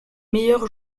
meilleurs